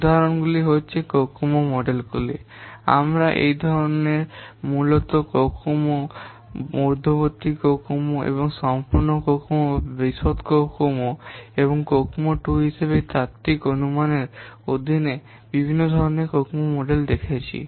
উদাহরণগুলি হচ্ছে কোকোমো মডেলগুলি আমরা এই ধরণের মূলত কোকোমো মধ্যবর্তী কোকোমো সম্পূর্ণ কোকোমো বা বিশদ কোকোমো এবং কোকোমো 2 হিসাবে এই তাত্ত্বিক অনুমানের অধীনে বিভিন্ন ধরণের কোকোমো মডেল দেখেছি